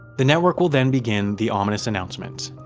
the network will then begin the ominous announcement,